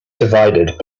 divided